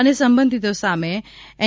અને સંબંધિતો સામે એન